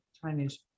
Chinese